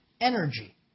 energy